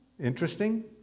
Interesting